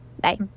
Bye